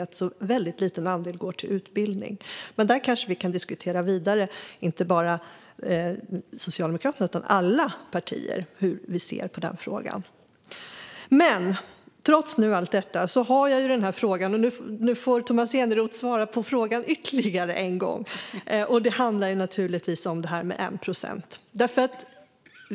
Det är bara en liten andel som går till utbildning. Men där kanske alla partier kan diskutera hur vi ser på frågan. Nu får Tomas Eneroth svara på frågan om enprocentsmålet ytterligare en gång.